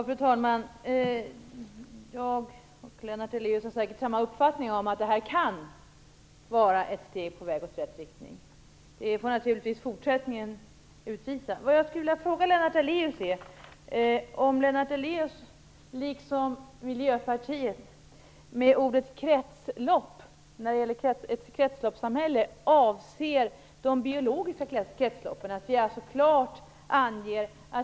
Fru talman! Jag och Lennart Daléus har säkert samma uppfattning om att det här kan vara ett steg på väg i rätt riktning. Det får naturligtvis framtiden utvisa. Jag skulle vilja fråga Lennart Daléus om han liksom Miljöpartiet med begreppet kretslopp i kretsloppssamhället avser de biologiska kretsloppen.